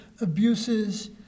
abuses